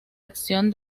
acción